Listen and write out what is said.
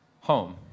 home